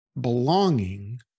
belonging